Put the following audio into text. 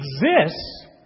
exists